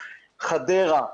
חדרה,